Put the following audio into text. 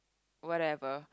whatever